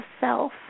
self